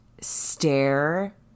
stare